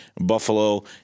Buffalo